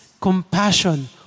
compassion